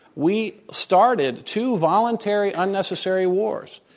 we started two voluntary, unnecessary wars,